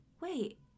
wait